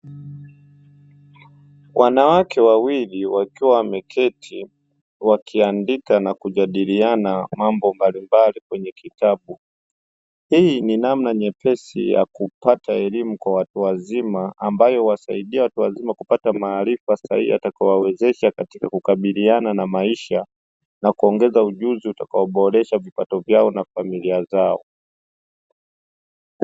Wanawake wawili wakiwa wameketi wakiandika na kujadiliana mambo mbalimbali kwenye kitabu. Hii ni namna nyepesi ya kupata elimu kwa watu wazima, ambayo huwasaidia watu wazima kupata maarifa sahihi yatakayowawezesha katika kukabiliana na maisha na kuongeza ujuzi utakaoboresha vipato vyao na familia zao.